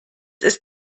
ist